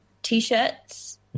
T-shirts